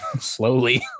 slowly